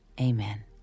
amen